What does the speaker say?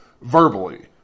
verbally